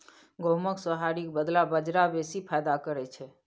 गहुमक सोहारीक बदला बजरा बेसी फायदा करय छै